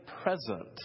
present